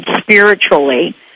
spiritually